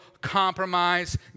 compromise